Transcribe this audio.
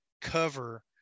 cover